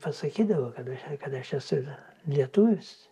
pasakydavo kad aš esu lietuvis